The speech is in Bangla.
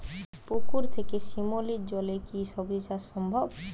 পুকুর থেকে শিমলির জলে কি সবজি চাষ সম্ভব?